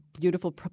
beautiful